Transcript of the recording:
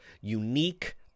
unique